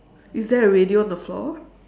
is there a radio on the floor